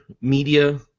media